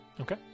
Okay